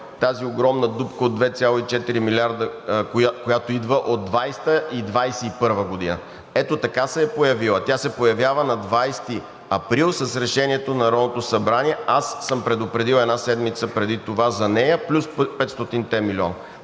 тази огромна дупка от 2,4 милиарда, която идва от 2020-а и 2021 г. Ето така се е появила. Тя се появява на 20 април с Решението на Народното събрание. Аз съм предупредил една седмица преди това за нея плюс 500-те милиона.